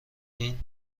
این